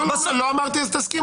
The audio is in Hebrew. לא, לא אמרתי אז תסכימו.